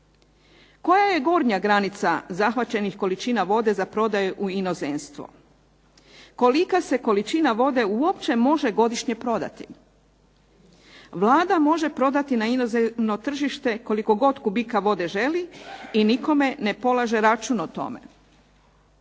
Koja je gornja granica zahvaćenih količina vode za prodaju u inozemstvu? Kolika se količina vode uopće može godišnje prodati? Vlada može prodati na inozemno tržište koliko god kubika vode želi i nikome ne polaže račun o tome.